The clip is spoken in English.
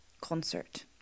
concert